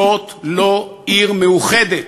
זאת לא עיר מאוחדת.